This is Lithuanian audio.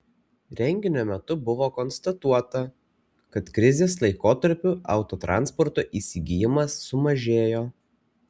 renginio metu buvo konstatuota kad krizės laikotarpiu autotransporto įsigijimas sumažėjo